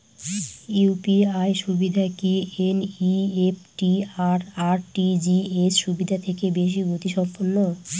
UPI সুবিধা কি NEFT আর আর.টি.জি.এস সুবিধা থেকে বেশি গতিসম্পন্ন?